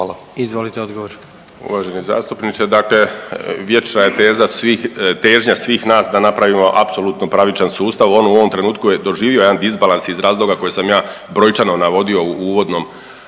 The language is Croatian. **Martinović, Juro** Uvaženi zastupniče, dakle vječna je teza svih, težnja svih nas da napravimo apsolutno pravičan sustav. On u ovom trenutku je doživio jedan disbalans iz razloga koje sam ja brojčano navodio u uvodnom